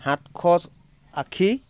সাতশ আশী